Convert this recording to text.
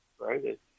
right